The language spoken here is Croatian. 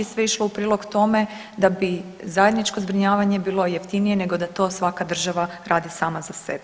Sve je išlo u prilog tome da bi zajedničko zbrinjavanje bilo jeftinije nego da to svaka država radi sama za sebe.